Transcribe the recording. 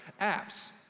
apps